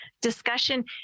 Discussion